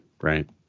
right